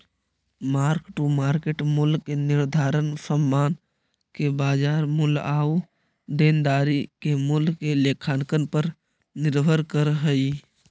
mark to market मूल्य के निर्धारण समान के बाजार मूल्य आउ देनदारी के मूल्य के लेखांकन पर निर्भर करऽ हई